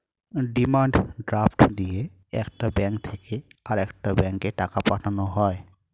demand draft দিয়ে একটা bank থেকে আরেকটা ব্যাঙ্কে টাকা পাঠানো হয়